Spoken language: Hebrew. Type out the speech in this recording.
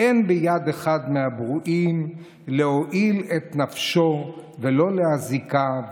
"אין ביד אחד מהברואים להועיל את נפשו ולא להזיקה,